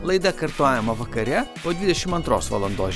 laida kartojama vakare po dvidešimt antros valandos